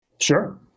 Sure